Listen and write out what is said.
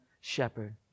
shepherd